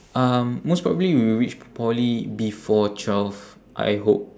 um most probably we will reach poly before twelve I hope